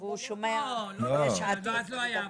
אז לא היו הפגנות.